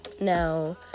now